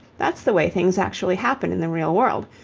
that's the way things actually happen in the real world.